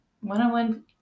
one-on-one